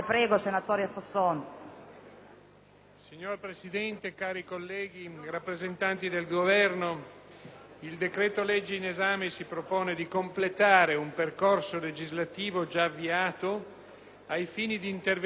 Signora Presidente, cari colleghi, onorevoli rappresentanti del Governo, il decreto-legge in esame si propone di completare un percorso legislativo già avviato ai fini di intervenire a sostegno dell'agricoltura,